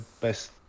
best